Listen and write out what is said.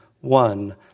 one